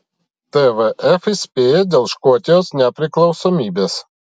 tvf įspėja dėl škotijos nepriklausomybės